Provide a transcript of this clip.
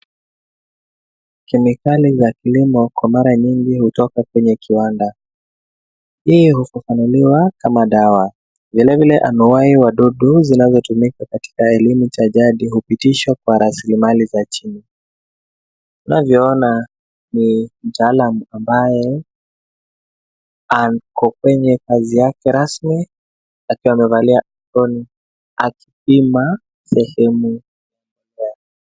Kemikali za kilimo kwa mara nyingi hutoka kwenye kiwanda. Hii hufafanuliwa kama dawa. Vilevile, dawa za kuua wadudu zinazotumika katika elimu cha jadi hupitishwa kwa rasilimali za chini. Unavyoona, ni mtaalam ambaye ako kwenye kazi yake rasmi, akiwa amevalia koti akipima sehemu.